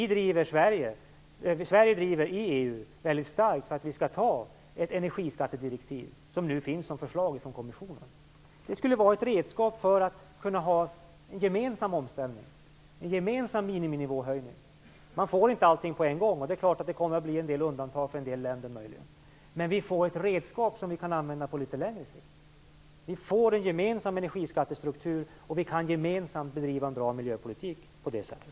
Sverige driver väldigt starkt i EU att man skall anta det energiskattedirektiv som finns som förslag från kommissionen. Det skulle vara ett redskap för en gemensam omställning och en gemensam miniminivåhöjning. Man får inte allting på en gång, och det är klart att det blir en del undantag för en del länder. Men vi får ett redskap som vi kan använda på litet längre sikt. Vi får en gemensam energiskattestruktur, och vi kan gemensamt driva en bra miljöpolitik på det sättet.